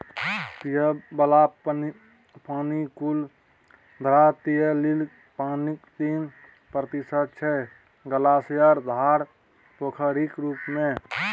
पीबय बला पानि कुल धरातलीय पानिक तीन प्रतिशत छै ग्लासियर, धार, पोखरिक रुप मे